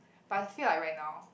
but I feel like right now